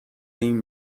این